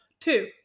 Two